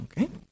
okay